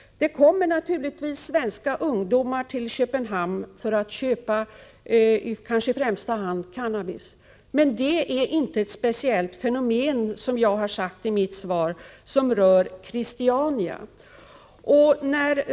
Det kommer naturligtvis svenska ungdomar till Köpenhamn för att köpa kanske i första hand cannabis. Men det är inte, vilket jag har sagt i mitt svar, ett fenomen som rör speciellt Christiania.